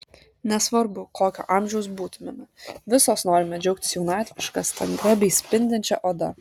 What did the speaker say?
nesvarbu kokio amžiaus būtumėme visos norime džiaugtis jaunatviška stangria bei spindinčia oda